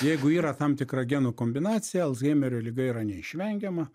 jeigu yra tam tikra genų kombinacija alzheimerio liga yra neišvengiama